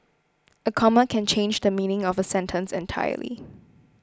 a comma can change the meaning of a sentence entirely